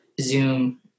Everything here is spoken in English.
Zoom